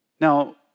Now